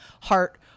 heart